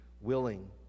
willing